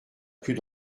plus